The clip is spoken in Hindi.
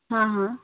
हाँ हाँ